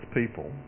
people